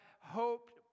hoped